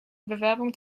bewerbung